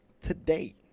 Today